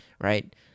right